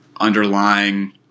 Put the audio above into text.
underlying